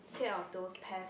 scared of those pest